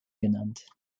genannt